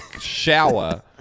shower